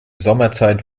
sommerzeit